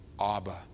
Abba